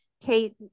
Kate